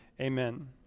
Amen